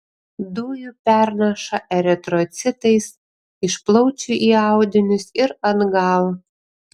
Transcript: dujų pernaša eritrocitais iš plaučių į audinius ir atgal